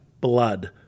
blood